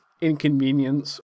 inconvenience